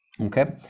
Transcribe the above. okay